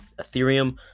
ethereum